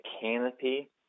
canopy